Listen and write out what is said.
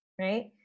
right